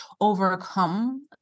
overcome